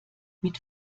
mit